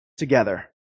Together